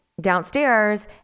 downstairs